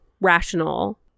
rational